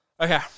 Okay